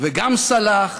וגם סלח.